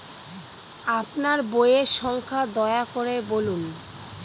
আপনার বইয়ের সংখ্যা দয়া করে বলুন?